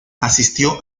asistió